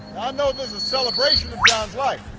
i know this is a celebration of john's life.